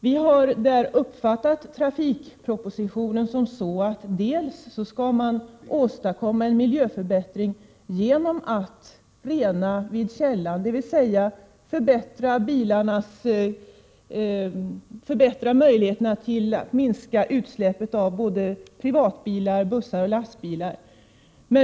Vi har i jordbruksutskottet uppfattat trafikpropositionen så, att man vill åstadkomma en miljöförbättring genom att rena vid källan, dvs. förbättra möjligheterna att minska utsläppen från privatbilar, bussar och lastbilar.